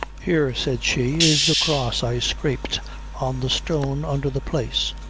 here, said she, is the cross i scraped on the stone undher the place.